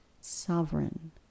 sovereign